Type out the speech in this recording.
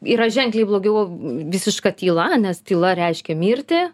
yra ženkliai blogiau visiška tyla nes tyla reiškia mirtį